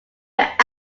apt